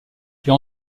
fait